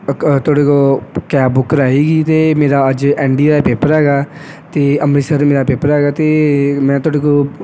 ਤੁਹਾਡੇ ਕੋਲ cab book ਕਰਵਾਈ ਸੀ ਅਤੇ ਮੇਰਾ ਅੱਜ ਐਨ ਡੀ ਏ ਦਾ ਪੇਪਰ ਹੈਗਾ ਅਤੇ ਅੰਮ੍ਰਿਤਸਰ ਮੇਰਾ ਪੇਪਰ ਹੈਗਾ ਅਤੇ ਮੈਂ ਤੁਹਾਡੇ ਕੋਲ